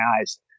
eyes